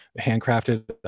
handcrafted